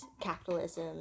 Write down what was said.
capitalism